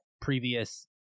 previous